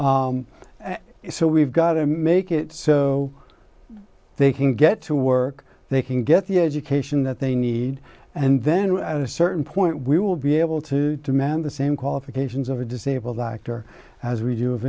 so we've got to make it so they can get to work they can get the education that they need and then at a certain point we will be able to demand the same qualifications of a disabled actor as we do